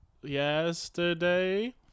yesterday